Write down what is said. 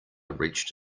reached